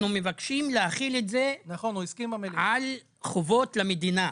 אנחנו מבקשים להחיל את זה על חובות למדינה.